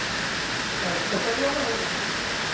ᱦᱳᱭ ᱟᱹᱥᱟᱹᱲᱤᱭᱟᱹ ᱢᱟ ᱦᱩᱭᱩᱜᱼᱟ